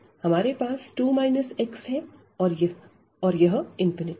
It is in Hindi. हमारे पास 2 x है और यह है